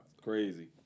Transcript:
Crazy